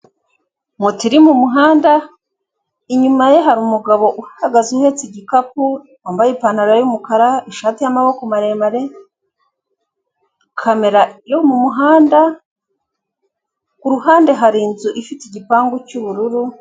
Moto iri mu muhanda inyuma ye hari umugabo uhagaze uhetse igikapu wambaye ipantaro y'umukara ishati y'amaboko maremare, kamera yo mu muhanda ku ruhande hari inzu ifite igipangu cy'ubururu.